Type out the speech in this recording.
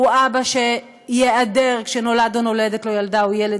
הוא אבא שייעדר כשנולד או נולדת לו ילדה או ילד,